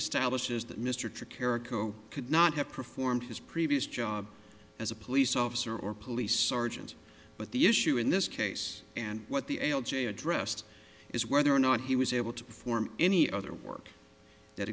caricature could not have performed his previous job as a police officer or police sergeant but the issue in this case and what the a l j addressed is whether or not he was able to perform any other work that